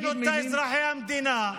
לא עניינו אותה אזרחי המדינה.